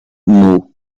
mau